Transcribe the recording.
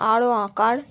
আরও আঁকার